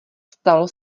stalo